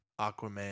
Aquaman